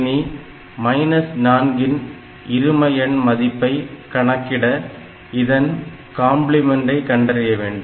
இனி 4 ன் இருமஎண் மதிப்பை கணக்கிட இதன் காம்பிளிமென்டை கண்டறிய வேண்டும்